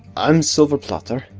i'm silver platter,